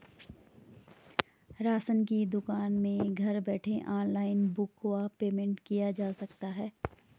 Ration की दुकान में घर बैठे ऑनलाइन बुक व पेमेंट किया जा सकता है?